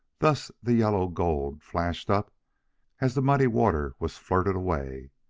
thus the yellow gold flashed up as the muddy water was flirted away.